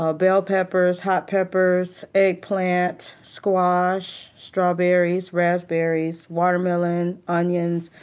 um bell peppers, hot peppers, eggplant, squash, strawberries, raspberries, watermelon, onions,